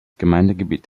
gemeindegebiet